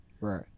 right